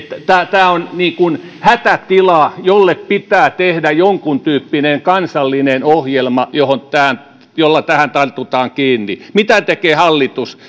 tämä on hätätila jolle pitää tehdä jonkuntyyppinen kansallinen ohjelma jolla tähän tartutaan kiinni mitä tekee hallitus